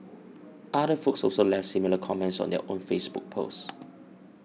other folks also left similar comments on their own Facebook post